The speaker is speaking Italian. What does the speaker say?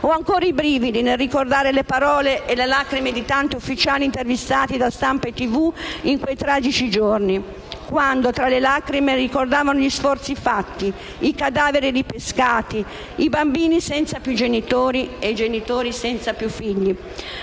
Ho ancora i brividi nel ricordare le parole e le lacrime di tanti ufficiali intervistati da stampa e televisione in quei tragici giorni, quando tra le lacrime ricordavano gli sforzi fatti, i cadaveri ripescati, i bambini senza più genitori e i genitori senza più figli.